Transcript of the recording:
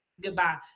Goodbye